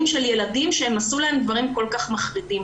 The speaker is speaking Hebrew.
של ילדים שהם עשו להם דברים כל כך מחרידים.